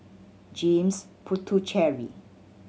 James Puthucheary